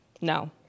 No